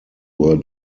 were